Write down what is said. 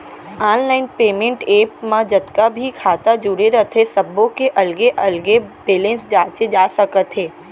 online payment app म जतका भी खाता जुरे रथे सब्बो के अलगे अलगे बेलेंस जांचे जा सकत हे